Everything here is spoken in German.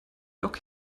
lok